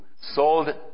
sold